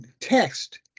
text